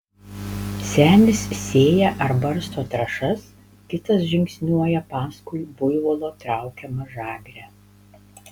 senis sėja ar barsto trąšas kitas žingsniuoja paskui buivolo traukiamą žagrę